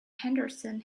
henderson